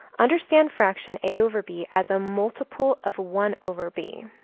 understand fraction a over b as a multiple of one over b.